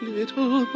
Little